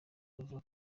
bavuga